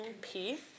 peace